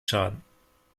schaden